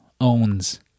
owns